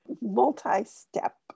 multi-step